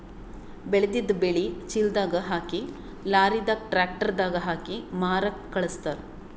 ಬೆಳೆದಿದ್ದ್ ಬೆಳಿ ಚೀಲದಾಗ್ ಹಾಕಿ ಲಾರಿದಾಗ್ ಟ್ರ್ಯಾಕ್ಟರ್ ದಾಗ್ ಹಾಕಿ ಮಾರಕ್ಕ್ ಖಳಸ್ತಾರ್